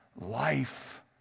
life